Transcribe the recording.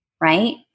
right